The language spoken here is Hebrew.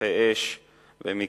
שטחי אש ומיקוש.